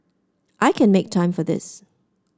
I can make time for this